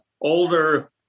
older